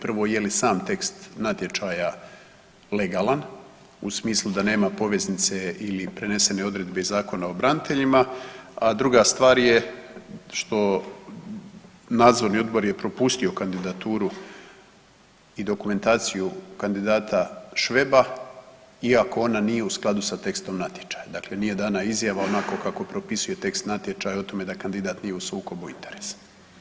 Prvo, je li sam tekst natječaja legalan u smislu da nema poveznice ili prenesene odredbe iz Zakona o braniteljima, a druga stvar je što nadzorni odbor je propustio kandidaturu i dokumentaciju kandidata Šveba iako ona nije u skladu sa tekstom natječaja, dakle nije dana izjava onako kako propisuje tekst natječaja o tome da kandidat nije u sukobu interesa.